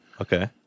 Okay